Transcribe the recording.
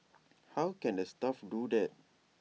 how can the staff do that